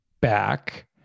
back